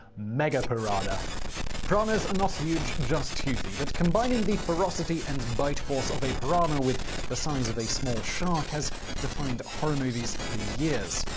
megapiranha piranhas are not huge, just toothy, but combining the ferocity and bite force of a piranha with the size of a small shark has defined horror movies for years.